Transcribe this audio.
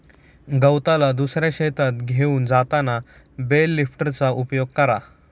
गवताला दुसऱ्या शेतात घेऊन जाताना बेल लिफ्टरचा उपयोग करा